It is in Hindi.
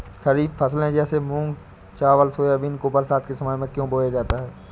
खरीफ फसले जैसे मूंग चावल सोयाबीन को बरसात के समय में क्यो बोया जाता है?